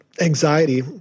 anxiety